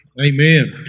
Amen